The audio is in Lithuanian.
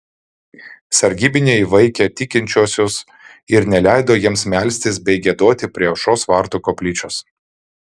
sargybiniai vaikė tikinčiuosius ir neleido jiems melstis bei giedoti prie aušros vartų koplyčios